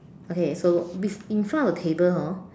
okay so bef~ in front of the table hor